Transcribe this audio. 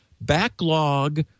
backlog